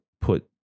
put